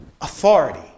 authority